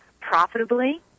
profitably